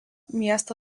miestą